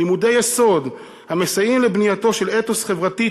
לימודי יסוד המסייעים לבנייתו של אתוס חברתי,